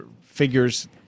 figures